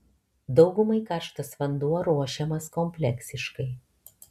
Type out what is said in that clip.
daugumai karštas vanduo ruošiamas kompleksiškai